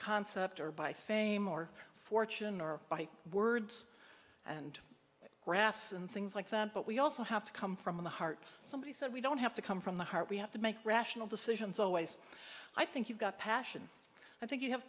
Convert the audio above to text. concept or by fame or fortune or by words and graphs and things like that but we also have to come from the heart somebody said we don't have to come from the heart we have to make rational decisions always i think you've got passion i think you have